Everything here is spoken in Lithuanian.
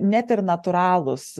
net ir natūralūs